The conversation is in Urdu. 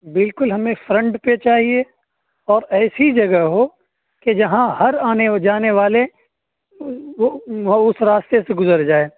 بالکل ہمیں فرنڈ پہ چاہیے اور ایسی جگہ ہو کہ جہاں ہر آنے اور جانے والے کو اس راستے سے گزر جائے